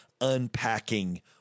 unpacking